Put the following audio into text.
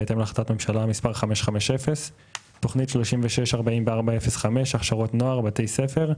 בהתאם להחלטת ממשלה מס' 550. תוכנית 3644/05 הכשרות נוער בבתי ספר.